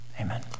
amen